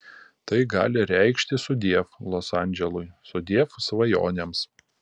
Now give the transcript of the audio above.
tai gali reikšti sudiev los andželui sudiev svajonėms